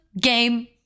game